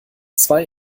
zwei